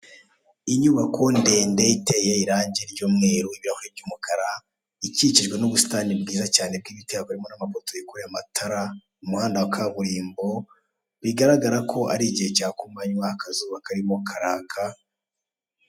Mu ikorosi ry'umuhanda wa kaburimbo. Imbere ku muhanda uzamuka, hari inyubako ndende cyane y'igorofa. Ku mpande z'umuhanda hakikije n'ibiti.